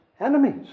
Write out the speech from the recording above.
enemies